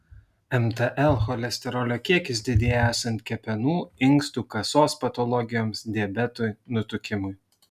mtl cholesterolio kiekis didėja esant kepenų inkstų kasos patologijoms diabetui nutukimui